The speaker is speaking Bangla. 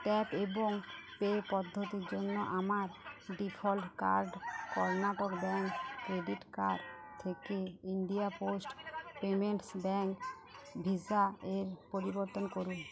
ট্যাপ এবং পে পদ্ধতির জন্য আমার default card Karnataka bank credit card থেকে India post payments bank Visa এর পরিবর্তন করুন